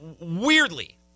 weirdly